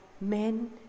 men